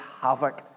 havoc